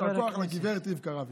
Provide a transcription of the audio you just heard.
יישר כוח לגב' רבקה רביץ.